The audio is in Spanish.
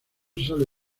sale